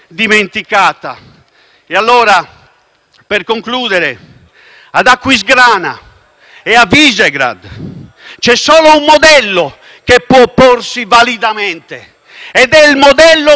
ad Aquisgrana e a Visegrád c'è solo un modello che può opporsi validamente: è il modello comunitario unitario di Roma.